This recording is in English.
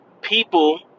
people